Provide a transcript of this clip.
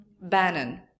Bannon